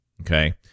Okay